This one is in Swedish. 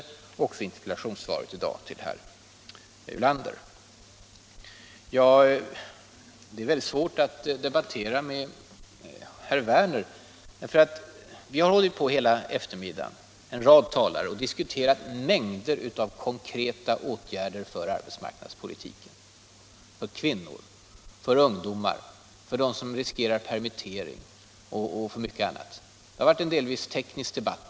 Och jag har gjort det i interpellationssvaret i dag till herr Ulander. Det är väldigt svårt att debattera med herr Werner. En rad talare har hållit på hela eftermiddagen och diskuterat mängder av konkreta åtgärder för arbetsmarknadspolitiken — åtgärder för kvinnor, ungdomar, dem som riskerar permittering och många andra. På flera punkter har det varit en delvis teknisk debatt.